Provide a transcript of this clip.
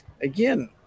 again